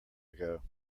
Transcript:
ago